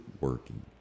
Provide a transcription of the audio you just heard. working